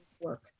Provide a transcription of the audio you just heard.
work